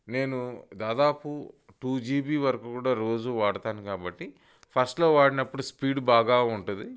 నేను దాదాపు two GB వరకు కూడా రోజు వాడతాను కాబట్టి ఫస్ట్లో వాడినప్పుడు స్పీడ్ బాగా ఉంటుంది